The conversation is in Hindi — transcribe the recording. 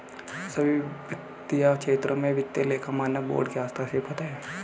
सभी वित्तीय क्षेत्रों में वित्तीय लेखा मानक बोर्ड का हस्तक्षेप होता है